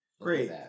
great